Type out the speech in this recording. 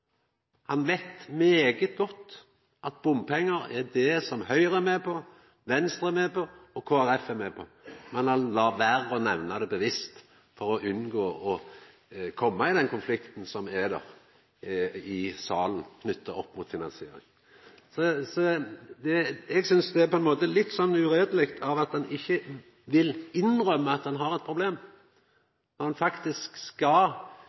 han snakkar om bompengar. Han veit veldig godt at bompengar er Høgre med på, Venstre er med på det og Kristeleg Folkeparti er med på det, men han lèt vera å nemna det bevisst for å unngå å koma i den konflikten som er i salen knytt til finansiering. Eg synest det er litt uærleg at han ikkje vil innrømma at han har eit problem, når Framstegspartiet faktisk skal